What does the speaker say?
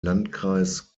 landkreis